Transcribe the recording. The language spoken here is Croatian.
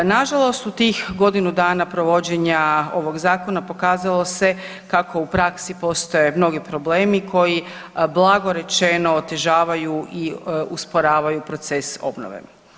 Nažalost, u tih godinu dana provođenja ovog zakona pokazalo se kako u praksi postoje mnogi problemi koji blago rečeno otežavaju i usporavaju proces obnove.